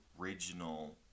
original